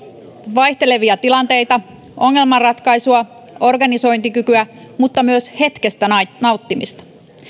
vaihtelevia tilanteita ongelmanratkaisua organisointikykyä mutta myös hetkestä nauttimista